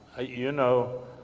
ah you know,